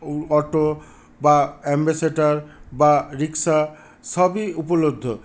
আটো বা অ্যাম্বেসেটার বা রিক্সা সবই উপলব্ধ